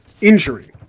injury